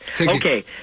Okay